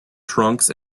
trunks